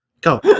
Go